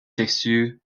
dessus